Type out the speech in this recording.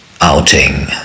outing